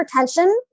hypertension